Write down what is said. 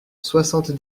soixante